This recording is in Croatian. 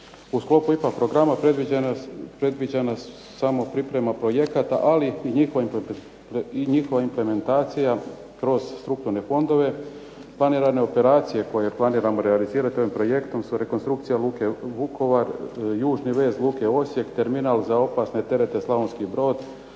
U sklopu IPA programa predviđeno je samo priprema projekata, ali i njihova implementacija kroz strukturne fondove. Planirane operacije koje planirano realizirati ovim projektom su rekonstrukcija luke Vukovar, južni vez luke Osijek, terminal za opasne terete Slavonski brod,